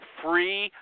free